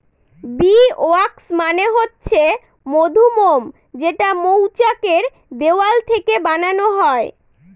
bee wax মানে হচ্ছে মধুমোম যেটা মৌচাক এর দেওয়াল থেকে বানানো হয়